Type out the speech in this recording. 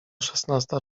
szesnasta